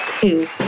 two